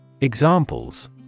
Examples